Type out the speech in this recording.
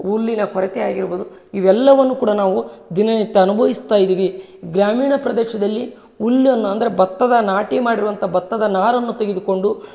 ಹುಲ್ಲಿನ ಕೊರತೆ ಆಗಿರ್ಬೋದು ಇವೆಲ್ಲವನ್ನು ಕೂಡ ನಾವು ದಿನನಿತ್ಯ ಅನುಭವಿಸ್ತಾ ಇದ್ದೀವಿ ಗ್ರಾಮೀಣ ಪ್ರದೇಶದಲ್ಲಿ ಹುಲ್ಲನ್ನ ಅಂದ್ರೆ ಭತ್ತದ ನಾಟಿ ಮಾಡಿರುವಂಥ ಭತ್ತದ ನಾರನ್ನು ತೆಗೆದುಕೊಂಡು